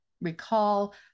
recall